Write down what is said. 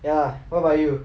ya lah what about you